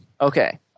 Okay